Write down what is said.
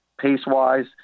pace-wise